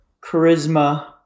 charisma